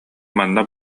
манна